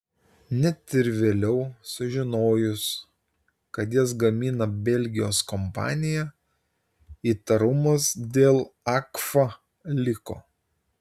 net ir vėliau sužinojus kad jas gamina belgijos kompanija įtarumas dėl agfa liko